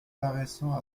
paraissant